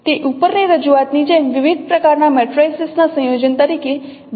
તે ઉપરની રજૂઆતની જેમ વિવિધ પ્રકારના મેટ્રિસીસ ના સંયોજન તરીકે બતાવી શકાય છે